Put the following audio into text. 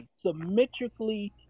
symmetrically